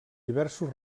diversos